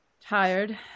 tired